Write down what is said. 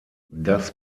das